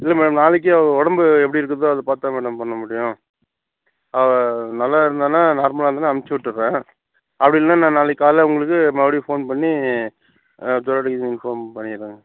இல்லை மேம் நாளைக்கு அவ உடம்பு எப்படி இருக்குதோ அதை பார்த்து தானே மேடம் பண்ணமுடியும் அவ நல்லாருந்தானா நார்மலாக இருந்தானா அனுப்பிச்சுட்டுட்றேன் அப்படி இல்லைன்னா நான் நாளைக்கு காலையில் உங்களுக்கு மறுபடியும் ஃபோன் பண்ணி ஆ ஜொரம் அடிக்கிதுன்னு பண்ணிடுறேங்க